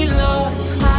Lord